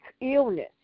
illness